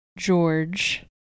George